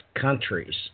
countries